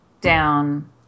down